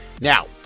Now